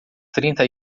trinta